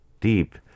deep